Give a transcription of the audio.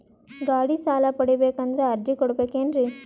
ಗಾಡಿ ಸಾಲ ಪಡಿಬೇಕಂದರ ಅರ್ಜಿ ಕೊಡಬೇಕೆನ್ರಿ?